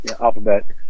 alphabet